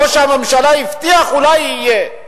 ראש הממשלה הבטיח שאולי יהיה.